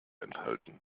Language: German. enthalten